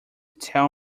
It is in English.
tell